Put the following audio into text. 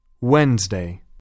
Wednesday